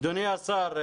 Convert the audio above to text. אדוני השר,